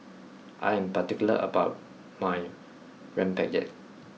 I am particular about my Rempeyek